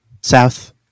South